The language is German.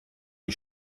wie